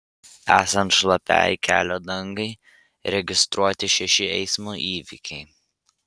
esant šlapiai kelio dangai registruoti šeši eismo įvykiai